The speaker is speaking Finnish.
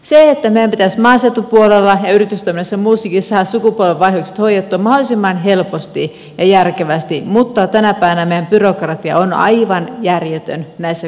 meidän pitäisi maaseutupuolella ja muussakin yritystoiminnassa saada sukupolvenvaihdokset hoidettua mahdollisimman helposti ja järkevästi mutta tänä päivänä meidän byrokratia on aivan järjetön näissä kokonaisuuksissa